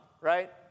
right